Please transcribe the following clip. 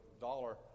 Dollar